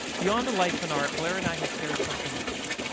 beyond the life and art, blair and i had shared something else,